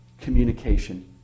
communication